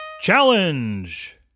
Challenge